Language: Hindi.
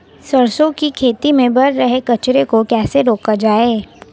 सरसों की खेती में बढ़ रहे कचरे को कैसे रोका जाए?